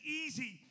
easy